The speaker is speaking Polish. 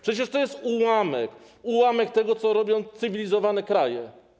Przecież to jest ułamek, ułamek tego, co robią cywilizowane kraje.